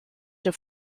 der